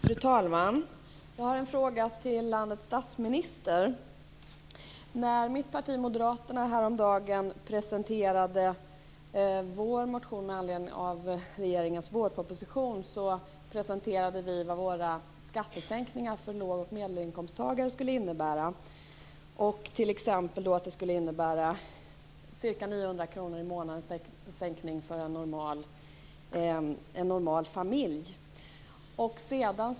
Fru talman! Jag har en fråga till landets statsminister. Mitt parti Moderaterna presenterade häromdagen vår motion med anledning av regeringens vårproposition. Vi presenterade vad våra skattesänkningar för låg och medelinkomsttagare skulle innebära. Det skulle t.ex. innebära en sänkning på ca 900 kr i månaden för en normal familj.